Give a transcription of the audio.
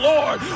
Lord